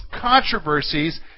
controversies